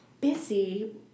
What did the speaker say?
busy